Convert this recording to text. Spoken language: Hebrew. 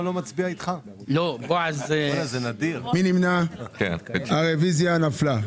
הצבעה הרוויזיה נדחתה הרוויזיה נפלה.